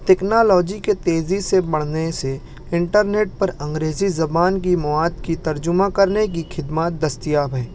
technology کے تیزی سے بڑھنے سے انٹرنیٹ پر انگریزی زبان کی مواد کی ترجمہ کرنے کی خدمات دستیاب ہیں